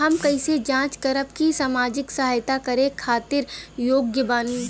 हम कइसे जांच करब की सामाजिक सहायता करे खातिर योग्य बानी?